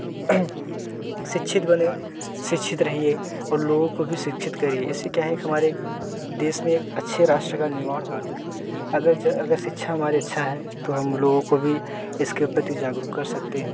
शिक्षित बनें शिक्षित रहिए और लोगों को भी शिक्षित करिए इससे क्या है कि तुम्हारे देश में एक अच्छे राष्ट्र का निर्माण होगा अगर ज अगर शिक्षा हमारी अच्छा है तो हम लोगों को भी इसके प्रति जागरूक कर सकते हैं